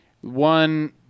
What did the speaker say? one